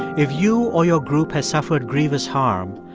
if you or your group has suffered grievous harm,